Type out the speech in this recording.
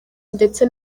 ndetse